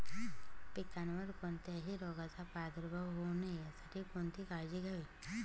पिकावर कोणत्याही रोगाचा प्रादुर्भाव होऊ नये यासाठी कोणती काळजी घ्यावी?